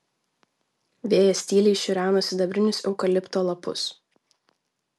vėjas tyliai šiureno sidabrinius eukalipto lapus